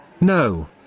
No